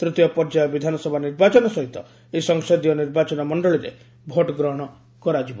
ତୃତୀୟ ପର୍ଯ୍ୟାୟ ବିଧାନସଭା ନିର୍ବାଚନ ସହିତ ଏହି ସଂସଦୀୟ ନିର୍ବାଚନ ମଣ୍ଡଳୀରେ ଭୋଟ୍ଗ୍ରହଣ କରାଯିବ